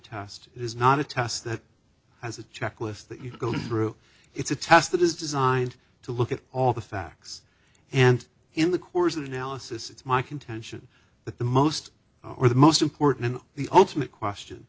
it is not a test that has a checklist that you go through it's a test that is designed to look at all the facts and in the course of analysis it's my contention that the most or the most important and the ultimate question